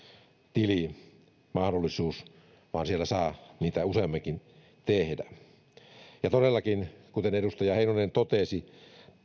tili vaan siellä saa niitä olla useampikin ja todellakin kuten edustaja heinonen totesi